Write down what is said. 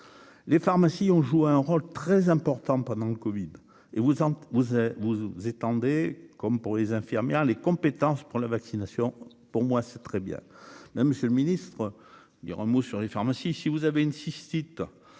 les pharmacies ont joué un rôle très important pendant le Covid et vous en vous êtes vous étendez comme pour les infirmières, les compétences pour la vaccination pour moi, c'est très bien, non, monsieur le ministre, dire un mot sur les pharmacies si vous avez une cystite